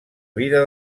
vida